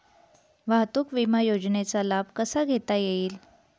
वाहतूक विमा योजनेचा लाभ कसा घेता येईल?